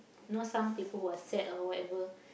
know some people who are sad or whatever